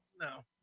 No